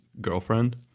girlfriend